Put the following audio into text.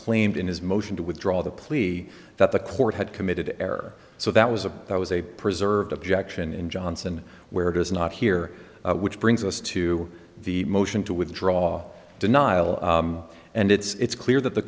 claimed in his motion to withdraw the plea that the court had committed air so that was a that was a preserved objection in johnson where it is not here which brings us to the motion to withdraw denial and it's clear that the